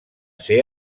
ser